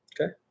okay